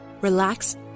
relax